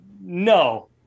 no